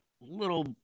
little